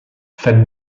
faites